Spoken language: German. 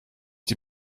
die